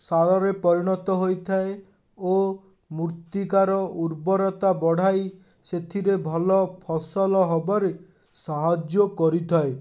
ସାରରେ ପରିଣତ ହୋଇଥାଏ ଓ ମୃର୍ତ୍ତିକାର ଉର୍ବରତା ବଢା଼ଇ ସେଥିରେ ଭଲ ଫସଲ ହେବାରେ ସାହାଯ୍ୟ କରିଥାଏ